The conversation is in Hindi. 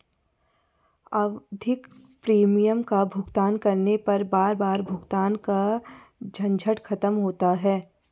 आवधिक प्रीमियम का भुगतान करने पर बार बार भुगतान का झंझट खत्म होता है